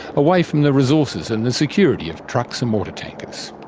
away from the resources and the security of trucks and water tankers.